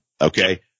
Okay